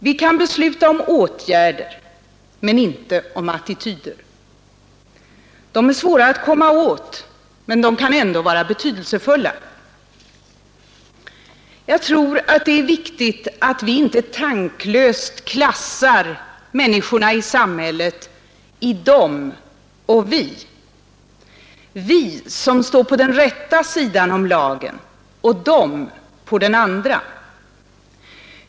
Vi kan besluta om åtgärder men inte om attityder. De är svårare att komma åt. Men de kan ändå vara betydelsefulla. Jag tror det är viktigt att vi inte tanklöst klassar människorna i samhället i ”dom” och ”vi”, vi som står på den rätta sidan om lagen och ”dom” på den andra.